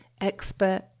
expert